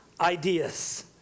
ideas